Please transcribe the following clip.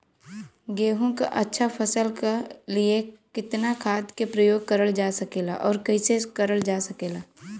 गेहूँक अच्छा फसल क लिए कितना खाद के प्रयोग करल जा सकेला और कैसे करल जा सकेला?